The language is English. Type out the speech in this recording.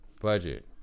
budget